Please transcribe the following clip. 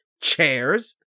chairs